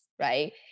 right